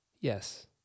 Yes